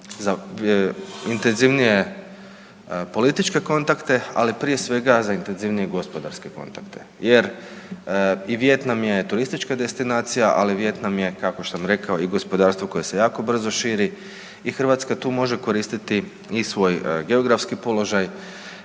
za intenzivnije političke kontakte, ali prije svega, za intenzivnije gospodarske kontakte, jer i Vijetnam je turistička destinacija, ali Vijetnam je, kao što sam rekao i gospodarstvo koje se jako brzo širi i Hrvatska tu može koristiti i svoj geografski položaj